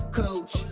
coach